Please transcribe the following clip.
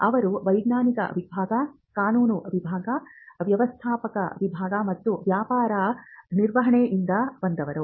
ಅವರು ವೈಜ್ಞಾನಿಕ ವಿಭಾಗ ಕಾನೂನು ವಿಭಾಗ ವ್ಯವಸ್ಥಾಪಕ ವಿಭಾಗ ಮತ್ತು ವ್ಯವಹಾರ ನಿರ್ವಹಣೆಯಿಂದ ಬಂದವರು